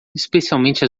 especialmente